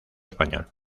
español